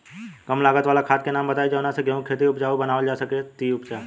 कम लागत वाला खाद के नाम बताई जवना से गेहूं के खेती उपजाऊ बनावल जा सके ती उपजा?